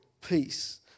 peace